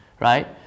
right